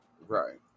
right